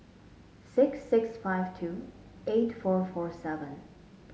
six six five two eight four four seven